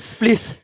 please